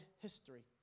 history